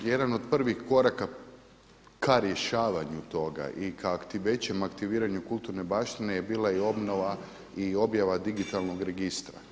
A jedan od prvih koraka ka rješavanju toga i ka većem aktiviranju kulturne baštine je bila i obnova i objava digitalnog registra.